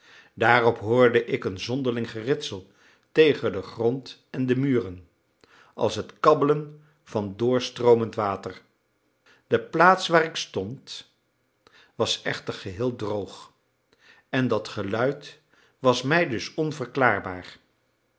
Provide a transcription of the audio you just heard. daarop hoorde ik een zonderling geritsel tegen den grond en de muren als het kabbelen van doorstroomend water de plaats waar ik stond was echter geheel droog en dat geluid was mij dus onverklaarbaar